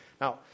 Now